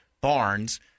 Barnes